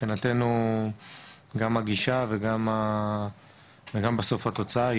מבחינתנו גם הגישה וגם מה גם בסוף התוצאה היא